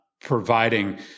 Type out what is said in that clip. providing